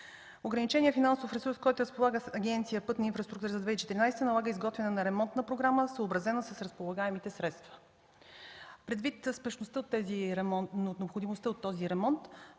Ограниченият финансов ресурс, с който разполага Агенция „Пътна инфраструктура” за 2014 г., налага изготвяне на ремонтна програма, съобразена с разполагаемите средства. Предвид спешността, необходимостта от този ремонт